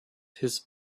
his